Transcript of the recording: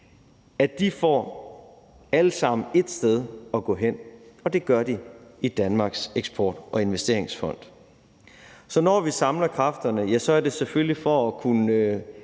erhvervsliv alle sammen får et sted at gå hen, og det gør de i Danmarks Eksport- og Investeringsfond. Så når vi samler kræfterne, er det selvfølgelig for at kunne